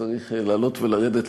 שצריך לעלות ולרדת,